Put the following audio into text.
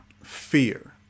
Fear